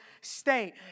state